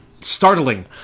startling